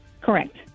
Correct